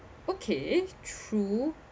okay true